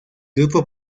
grupo